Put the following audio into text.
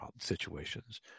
situations